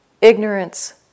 Ignorance